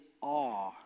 awe